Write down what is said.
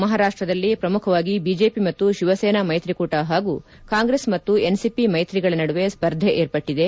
ಮಹಾರಾಷ್ಷದಲ್ಲಿ ಪ್ರಮುಖವಾಗಿ ಬಿಜೆಪಿ ಮತ್ತು ಶಿವಸೇನಾ ಮ್ಯಕ್ರಿಕೂಟ ಹಾಗೂ ಕಾಂಗ್ರೆಸ್ ಮತ್ತು ಎನ್ಸಿಪಿ ಮ್ಯೆಪ್ರಿಗಳ ನಡುವೆ ಸ್ಪರ್ಧೆ ಏರ್ಪಟ್ಟದೆ